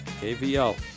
KVL